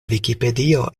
vikipedio